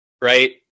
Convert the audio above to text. Right